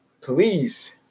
Please